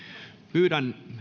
pyydän